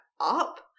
up